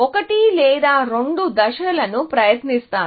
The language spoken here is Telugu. ఒకటి లేదా రెండు దశలను ప్రయత్నిస్తాను